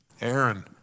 Aaron